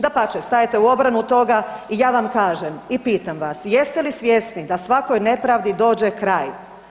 Dapače stajete u obranu toga i ja vam kažem i pitam vas, jeste li svjesni da svakoj nepravdi dođe kraj.